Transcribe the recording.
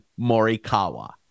Morikawa